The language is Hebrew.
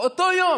באותו יום.